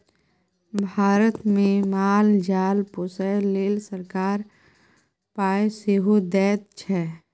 भारतमे माल जाल पोसय लेल सरकार पाय सेहो दैत छै